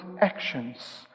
actions